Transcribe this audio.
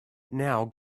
now